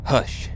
Hush